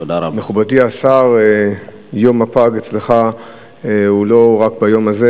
מכובדי השר, יום הפג אצלך הוא לא רק ביום הזה.